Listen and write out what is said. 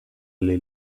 alle